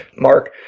mark